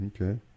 Okay